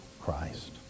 Christ